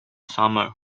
summer